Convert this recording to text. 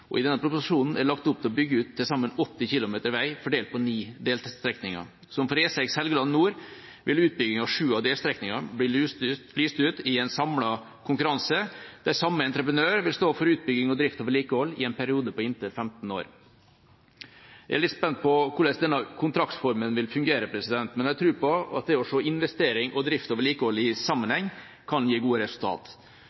i denne proposisjonen er det lagt opp til å bygge ut til sammen 80 km vei fordelt på ni delstrekninger. Som for E6 Helgeland nord vil utbygginga av sju av delstrekningene bli lyst ut i en samlet konkurranse der samme entreprenør vil stå for utbygging, drift og vedlikehold i en periode på inntil 15 år. Jeg er litt spent på hvordan denne kontraktsformen vil fungere, men jeg har tro på at det å se investering, drift og vedlikehold i sammenheng kan gi gode